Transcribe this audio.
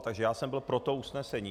Takže já jsem byl pro to usnesení.